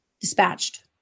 dispatched